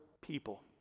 people